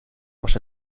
was